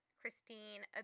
christine